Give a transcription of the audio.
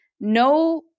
no